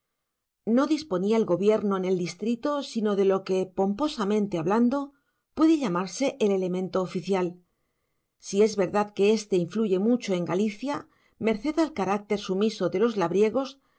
no disponía el gobierno en el distrito sino de lo que pomposamente hablando puede llamarse el elemento oficial si es verdad que éste influye mucho en galicia merced al carácter sumiso de los labriegos